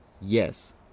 yes